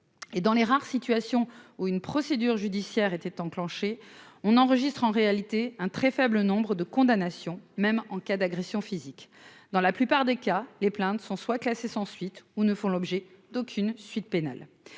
et quand bien même une procédure judiciaire est enclenchée, l'on n'enregistre en réalité qu'un très faible nombre de condamnations, même en cas d'agression physique. La plupart du temps, les plaintes sont classées sans suite ou ne font l'objet d'aucune suite pénale.